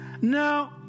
no